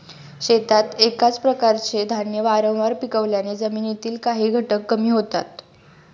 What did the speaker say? शेतात एकाच प्रकारचे धान्य वारंवार पिकवल्याने जमिनीतील काही घटक कमी होतात